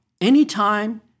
anytime